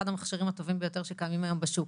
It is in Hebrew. הוא אחד המכשירים הטובים ביותר שקיימים היום בשוק.